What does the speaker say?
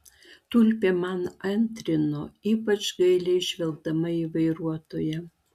tulpė man antrino ypač gailiai žvelgdama į vairuotoją